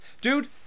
Dude